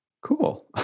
Cool